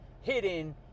hidden